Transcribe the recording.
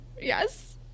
yes